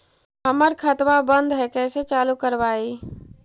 हमर खतवा बंद है कैसे चालु करवाई?